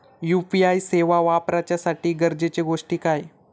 UPI सेवा वापराच्यासाठी गरजेचे गोष्टी काय?